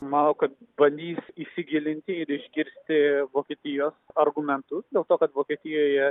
manau kad bandys įsigilinti ir išgirsti vokietijos argumentus dėl to kad vokietijoje